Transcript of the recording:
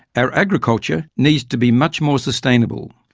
our agriculture needs to be much more sustainable.